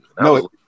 No